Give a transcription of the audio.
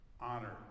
honor